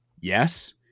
Yes